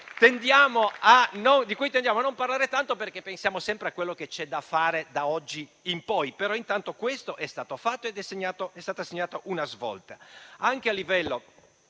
di cui tendiamo a non parlare tanto perché pensiamo sempre a quello che c'è da fare da oggi in poi. Intanto questo è stato fatto ed è stata segnata una svolta.